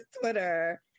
Twitter